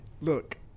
look